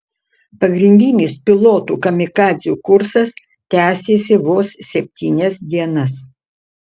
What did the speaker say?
pagrindinis pilotų kamikadzių kursas tęsėsi vos septynias dienas